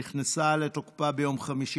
שנכנסה לתוקפה ביום חמישי,